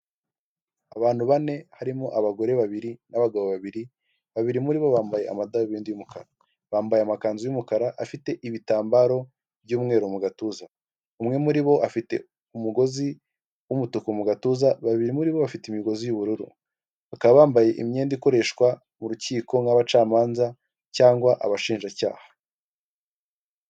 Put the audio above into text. Umugabo wambaye ingofero y'ubururu amadarubindi, uri guseka wambaye umupira wumweru ndetse ufite mudasobwa mu ntoki ze. Ari ku gapapuro k'ubururu kandidikishijweho amagambo yumweru ndetse n'ayumuhondo yanditswe mu kirimi cyamahanga cyicyongereza.